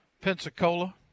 Pensacola